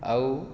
ଆଉ